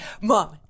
mom